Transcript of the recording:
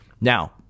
Now